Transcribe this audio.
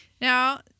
Now